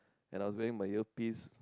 and I was wearing my earpieces